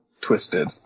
twisted